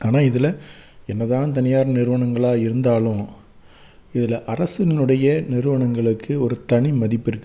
ஆனால் இதில் என்ன தான் தனியார் நிறுவனங்களாக இருந்தாலும் இதில் அரசினுடைய நிறுவனங்களுக்கு ஒரு தனி மதிப்பு இருக்கு